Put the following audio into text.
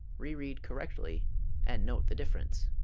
reread correctly and note the difference